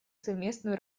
совместную